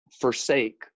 forsake